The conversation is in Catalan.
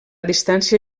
distància